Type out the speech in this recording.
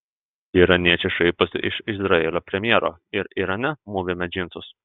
iraniečiai šaiposi iš izraelio premjero ir irane mūvime džinsus